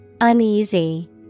Uneasy